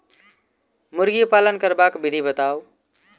मुर्गी पालन करबाक विधि बताऊ?